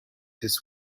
his